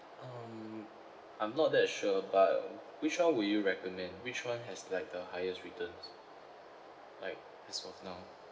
um I'm not that sure but which one would you recommend which one has like the highest returns like as of now